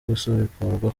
gusubukurwa